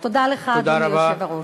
תודה לך, אדוני היושב-ראש.